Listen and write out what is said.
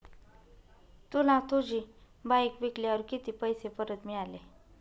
तुला तुझी बाईक विकल्यावर किती पैसे परत मिळाले?